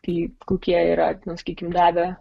tai kokie yra na sakykim davę